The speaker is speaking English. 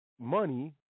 money